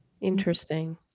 Interesting